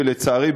לצערי,